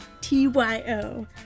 T-Y-O